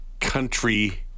country